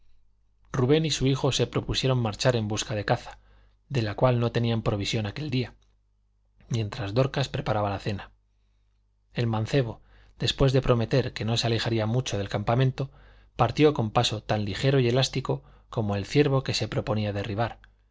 rubén y su hijo se propusieron marchar en busca de caza de la cual no tenían provisión aquel día mientras dorcas preparaba la cena el mancebo después de prometer que no se alejaría mucho del campamento partió con paso tan ligero y elástico como el ciervo que se proponía derribar